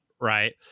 right